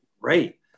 Great